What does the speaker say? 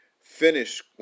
finish